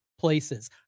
places